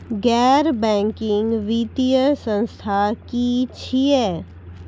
गैर बैंकिंग वित्तीय संस्था की छियै?